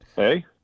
Hey